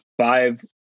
five